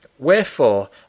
Wherefore